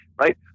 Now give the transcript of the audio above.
Right